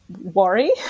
worry